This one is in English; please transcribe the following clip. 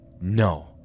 No